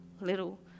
little